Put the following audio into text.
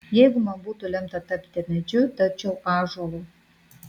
jeigu man būtų lemta tapti medžiu tapčiau ąžuolu